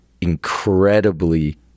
incredibly